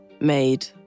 made